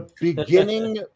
beginning